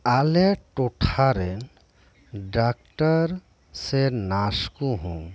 ᱟᱞᱮ ᱴᱚᱴᱷᱟᱨᱮᱱ ᱰᱟᱠᱛᱟᱨᱥᱮ ᱱᱟᱨᱥ ᱠᱚᱦᱚᱸ